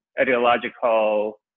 ideological